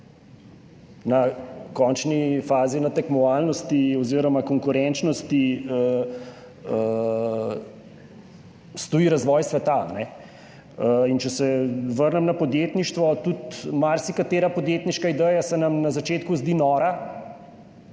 v končni fazi na tekmovalnosti oziroma konkurenčnosti stoji razvoj sveta. Če se vrnem na podjetništvo, tudi marsikatera podjetniška ideja se nam na začetku zdi nora,